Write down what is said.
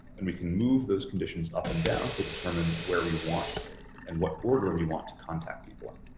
and we can move those conditions up and down to determine where we want and what order we want to contact people